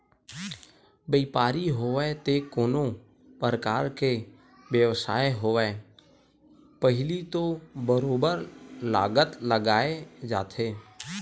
बइपार होवय ते कोनो परकार के बेवसाय होवय पहिली तो बरोबर लागत लगाए जाथे